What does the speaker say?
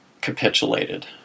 capitulated